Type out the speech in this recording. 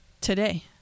today